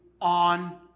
on